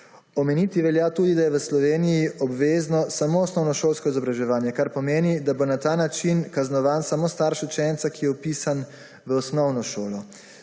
Omeniti velja tudi, da je v Sloveniji obvezno samo osnovnošolsko izobraževanje, kar pomeni, da bo na ta način kaznovan samo starš učenca, ki je vpisan v osnovno šolo.